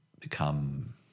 become